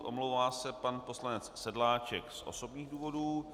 Omlouvá se pan poslanec Sedláček z osobních důvodů.